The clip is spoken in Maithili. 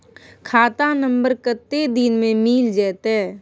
खाता नंबर कत्ते दिन मे मिल जेतै?